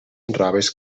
robes